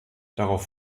darauf